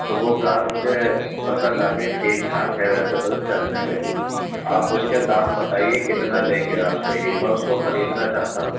تو وہ کار مجھے پسند آ گئی ٹھیک ٹھاک ہے ویسے تو چلنے میں بھی آپ اس کے دام بتائیے کتنا لیں گے آپ صحیح میں اس کو خریدنا چاہتا ہوں